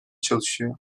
çalışıyor